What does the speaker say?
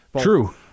True